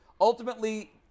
Ultimately